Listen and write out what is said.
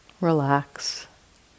Relax